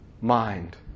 mind